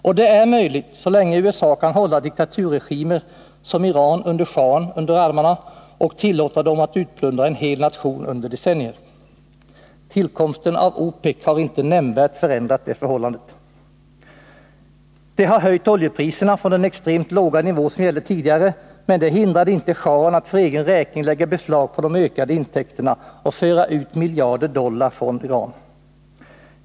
Och det är möjligt så länge USA kan hålla diktaturregimer som Iran under shahen under armarna och tillåta dem att utplundra en hel nation under decennier. Tillkomsten av OPEC har inte nämnvärt förändrat det förhållandet. Det har höjt oljepriserna från den extremt låga nivå som gällde tidigare, men det hindrade inte shahen att för egen räkning lägga beslag på de ökade intäkterna och föra ut miljarder dollar ur Iran.